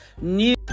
new